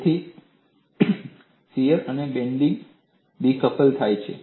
તેથી શીયર અને bending decoupled થાય છે